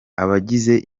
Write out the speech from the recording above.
abagize